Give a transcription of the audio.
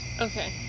Okay